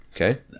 Okay